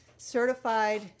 certified